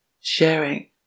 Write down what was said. sharing